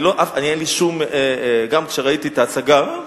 אין לי שום, גם כשראיתי את ההצגה,